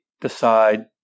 decide